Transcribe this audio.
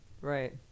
right